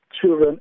children